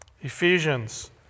Ephesians